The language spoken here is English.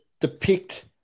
depict